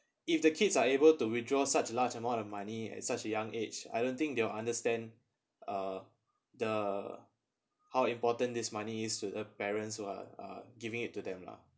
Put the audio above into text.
if the kids are able to withdraw such large amount of money at such a young age I don't think they will understand uh the how important this money is to the parents who are uh giving it to them lah